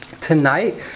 Tonight